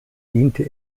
diente